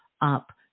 up